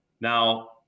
Now